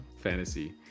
fantasy